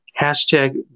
hashtag